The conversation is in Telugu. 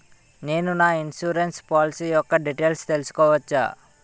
నేను నా ఇన్సురెన్స్ పోలసీ యెక్క డీటైల్స్ తెల్సుకోవచ్చా?